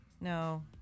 no